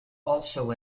also